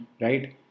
right